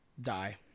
die